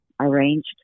arranged